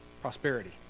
Prosperity